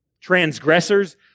transgressors